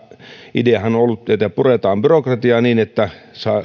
pääideahan on ollut että puretaan byrokra tiaa niin että